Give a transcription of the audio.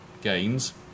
gains